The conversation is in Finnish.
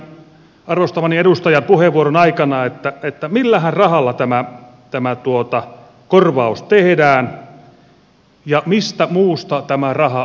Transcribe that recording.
jäin pohtimaan siinä arvostamani edustajan puheenvuoron aikana että millähän rahalla tämä korvaus tehdään ja mistä muusta tämä raha on pois